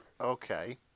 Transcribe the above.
Okay